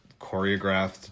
choreographed